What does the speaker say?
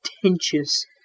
pretentious